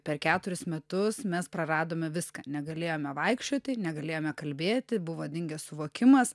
per keturis metus mes praradome viską negalėjome vaikščioti negalėjome kalbėti buvo dingęs suvokimas